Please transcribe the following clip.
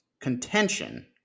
contention